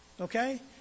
okay